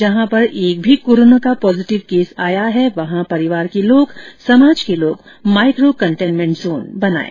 जहां पर एक भी कोरोना का पॉजिटिव केस आया है वहां परिवार के लोग समाज के लोग माइको कन्टेनमेंट जोन बनाएं